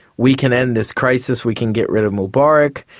we can end this crisis we can get rid of mubarak.